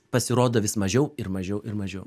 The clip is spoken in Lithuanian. pasirodo vis mažiau ir mažiau ir mažiau